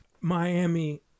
Miami